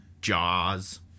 Jaws